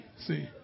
See